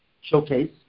showcase